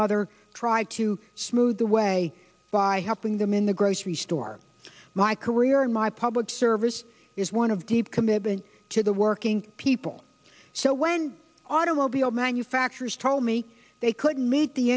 mother tried to smooth the way by helping them in the grocery store my career in my public service is one of deep commitment to the working people so when automobile manufacturers told me they couldn't meet the